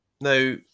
Now